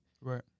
Right